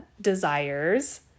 desires